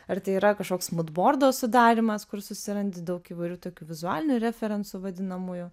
ar tai yra kažkoks mūdbordo sudarymas kur susirandi daug įvairių tokių vizualinių referensų vadinamųjų